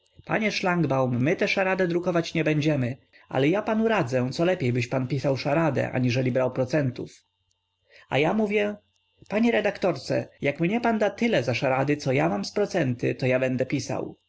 panie szlangbaum my te szarade drukować nie będziemy ale ja panu radzę co lepiej byś pan pisał szarade aniżeli brał procentów a ja mówię panie redaktorże jak mnie pan da tyle za szarady co ja mam z procenty to ja będę pisał